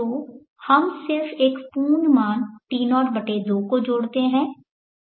तो हम सिर्फ इस पूर्ण मान T02 को जोड़ते हैं